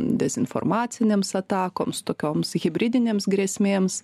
dezinformacinėms atakoms tokioms hibridinėms grėsmėms